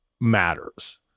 matters